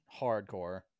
hardcore